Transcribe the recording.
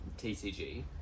TCG